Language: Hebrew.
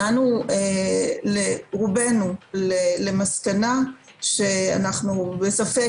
הגענו רובנו למסקנה שאנחנו בספק,